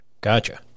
Gotcha